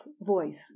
voice